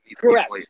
Correct